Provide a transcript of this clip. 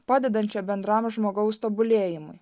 padedančia bendram žmogaus tobulėjimui